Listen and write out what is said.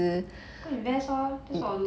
go invest loh